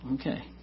okay